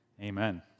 Amen